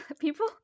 people